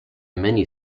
mini